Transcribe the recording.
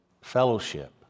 fellowship